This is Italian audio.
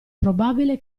probabile